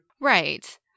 Right